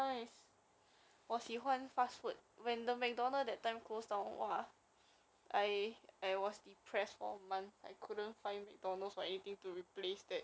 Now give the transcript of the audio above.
want to walk all the way there just to buy why don't you just grab something and eh I got buy cake in the fridge eh rainbow cake